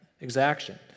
exaction